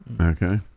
Okay